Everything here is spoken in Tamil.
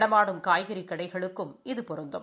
நடமாடும் காய்கறி கடைகளுக்கும் இது பொருந்தும்